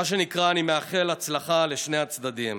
מה שנקרא: אני מאחל הצלחה לשני הצדדים.